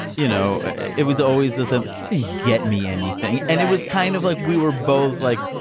you know, it was always this ambiguity. get me anything. and it was kind of like we were both like,